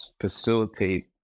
facilitate